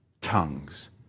Tongues